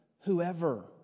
Whoever